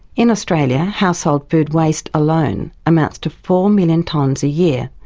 in australia household food waste alone amounts to four million tonnes a year,